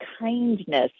kindness